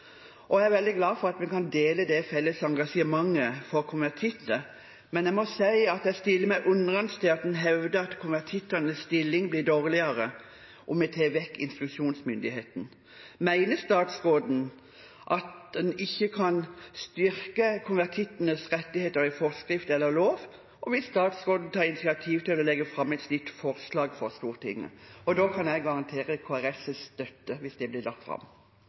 konvertert. Jeg er veldig glad for at vi kan dele et felles engasjement for konvertitter, men jeg stiller meg undrende til at en hevder at konvertittenes stilling blir dårligere om vi tar vekk instruksjonsmyndigheten. Mener statsråden at en ikke kan styrke konvertittenes rettigheter ved forskrift eller lov, og vil statsråden ta initiativ til å legge fram et slikt forslag for Stortinget? Jeg kan garantere støtte fra Kristelig Folkeparti hvis det blir lagt fram.